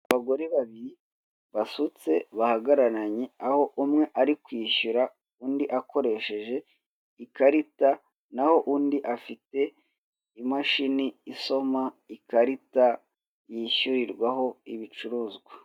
Abagore babiri basutse bahagararanye, aho umwe ari kwishyura undi akoresheje ikarita, naho undi afite imashini isoma ikarita yishyurirwaho ibicuruzwa.